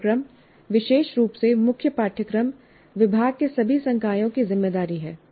कार्यक्रम विशेष रूप से मुख्य पाठ्यक्रम विभाग के सभी संकायों की जिम्मेदारी है